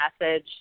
message